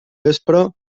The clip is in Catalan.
vespre